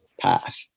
path